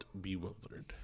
bewildered